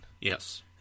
Yes